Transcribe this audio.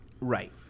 Right